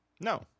No